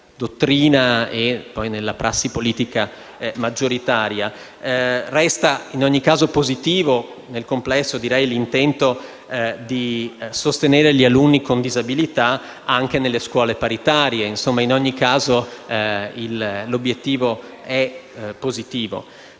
e poi nella prassi politica maggioritaria. Resta nel complesso positivo l'intento di sostenere gli alunni con disabilità anche nelle scuole paritarie. In ogni caso, l'obiettivo è positivo.